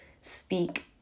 speak